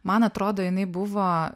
man atrodo jinai buvo